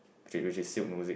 which is which is sealed music